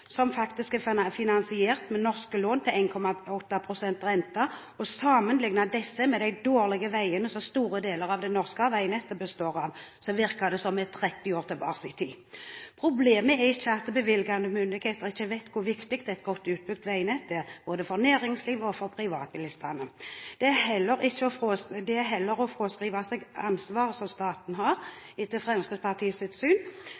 som faktisk er finansiert med norske lån til 1,8 pst. rente, og sammenligner disse med de dårlige veiene som store deler av det norske veinettet består av, virker det som om vi er 30 år tilbake i tid. Problemet er ikke at de bevilgende myndigheter ikke vet hvor viktig et godt utbygd veinett er både for næringsliv og for privatbilister, det er heller det at man fraskriver seg ansvaret som staten, etter Fremskrittspartiets syn,